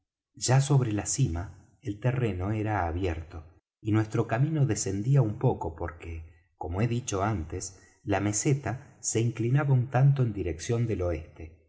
ya sobre la cima el terreno era abierto y nuestro camino descendía un poco porque como he dicho antes la meseta se inclinaba un tanto en dirección del oeste